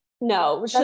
no